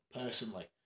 personally